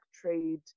trade